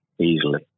easily